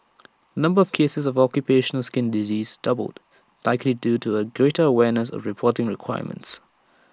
number of cases of occupational skin disease doubled likely due to A greater awareness of reporting requirements